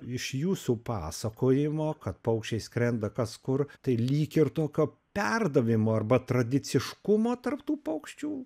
iš jūsų pasakojimo kad paukščiai skrenda kas kur tai lyg ir tokio perdavimo arba tradiciškumo tarp tų paukščių